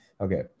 Okay